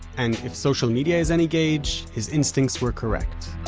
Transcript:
and if social media is any gauge, his instincts were correct